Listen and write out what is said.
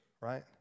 right